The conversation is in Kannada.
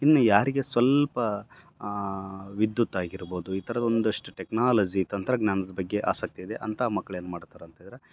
ಇನ್ನ ಯಾರಿಗೆ ಸ್ವಲ್ಪ ವಿದ್ಯುತ್ ಆಗಿರ್ಬೌದು ಈ ಥರ ಒಂದಷ್ಟು ಟೆಕ್ನಾಲಜಿ ತಂತ್ರಜ್ಞಾನದ ಬಗ್ಗೆ ಆಸಕ್ತಿ ಇದೆ ಅಂತ ಮಕ್ಳು ಏನು ಮಾಡ್ತಾರೆ ಅಂತೇಳಿದರೆ